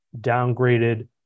downgraded